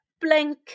Blink